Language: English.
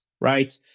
right